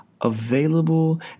available